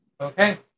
Okay